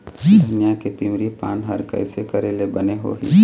धनिया के पिवरी पान हर कइसे करेले बने होही?